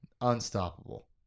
Unstoppable